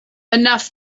enough